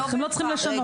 אנחנו לא צריכים לשנות.